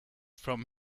from